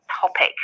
topic